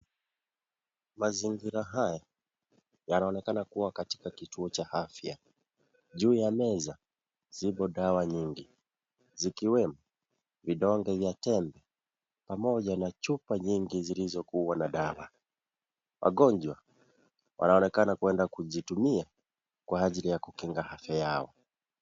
Mazingira haya yanaonekana kuwa katika kituo cha afya juu ya meza zimo dawa nyingi zikiwemo vidonge vya tembe pamoja na chupa nyingi zilizokuwa na dawa, wagonjwa wanaonekana kwenda kuzitumia kwa ajili ya kukinga afya yao.